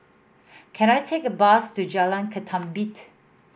can I take a bus to Jalan Ketumbit